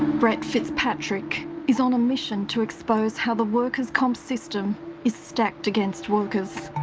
brett fitzpatrick is on a mission to expose how the workers' comp system is stacked against workers.